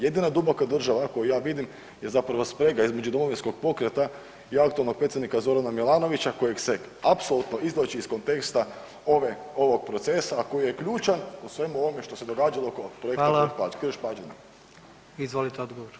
Jedino je duboka država koju ja vidim je zapravo sprega između Domovinskog pokreta i aktualnog predsjednika Zorana Milanovića kojeg se apsolutno izvlači iz konteksta ovog procesa, a koji je ključan u svemu ovome što se je događalo oko projekta Krš-Pađene.